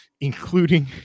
including